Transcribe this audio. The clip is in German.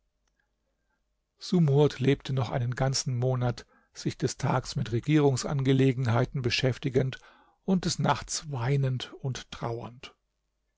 sumurd lebte noch einen ganzen monat sich des tags mit den regierungsangelegenheiten beschäftigend und des nachts weinend und trauernd